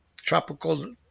tropical